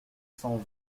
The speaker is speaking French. cent